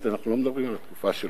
אנחנו לא מדברים על התקופה של השואה.